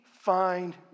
find